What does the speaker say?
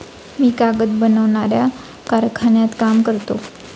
मी कागद बनवणाऱ्या कारखान्यात काम करतो